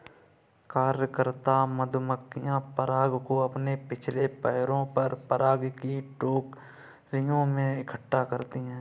कार्यकर्ता मधुमक्खियां पराग को अपने पिछले पैरों पर पराग की टोकरियों में इकट्ठा करती हैं